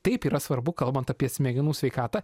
taip yra svarbu kalbant apie smegenų sveikatą